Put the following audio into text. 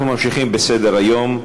אנחנו ממשיכים בסדר-היום: